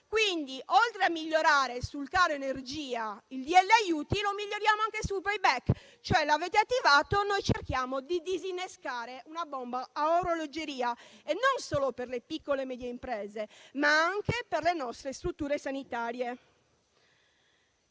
Quindi, oltre a migliorare il decreto-legge aiuti sul caro energia, lo miglioriamo anche sul *payback*. Lo avete attivato e noi cerchiamo di disinnescare una bomba a orologeria e non solo per le piccole e medie imprese, ma anche per le nostre strutture sanitarie.